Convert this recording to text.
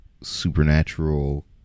supernatural